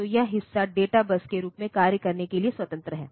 तो यह हिस्सा डेटा बस के रूप में कार्य करने के लिए स्वतंत्र है